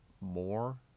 more